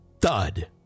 Thud